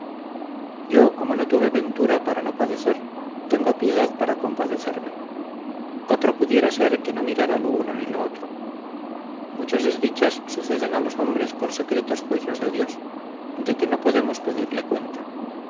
yo como no tuve ventura para no padecer tengo piedad para compadecerme otro pudiera ser que no mirara lo uno ni lo otro muchas desdichas suceden a los hombres por secretos juicios de dios de que no podemos pedirle cuenta